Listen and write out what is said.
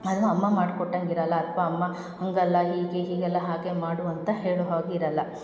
ಅದನ್ನ ಅಮ್ಮ ಮಾಡ್ಕೊಟ್ಟಂಗೆ ಇರಲ್ಲ ಅಥ್ವಾ ಅಮ್ಮ ಹಾಗಲ್ಲ ಹೀಗೆ ಹೀಗಲ್ಲ ಹಾಗೆ ಮಾಡು ಅಂತ ಹೇಳೋ ಹಾಗಿರಲ್ಲ